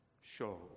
show